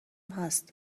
هست